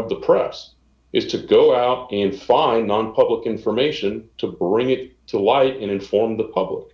of the press is to go out and find nonpublic information to bring it to light and inform the public